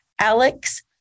Alex